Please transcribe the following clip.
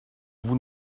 nous